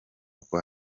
uko